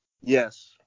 Yes